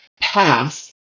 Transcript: pass